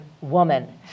woman